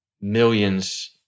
millions